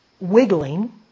wiggling